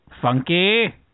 Funky